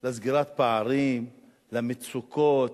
לסגירת פערים, למצוקות,